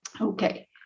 okay